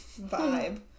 vibe